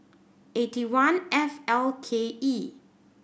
eight one F L K E